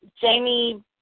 Jamie